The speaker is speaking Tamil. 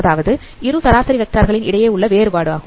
அதாவது இரு சராசரி வெக்டார் களின் இடையே உள்ள வேறுபாடு ஆகும்